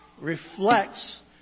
reflects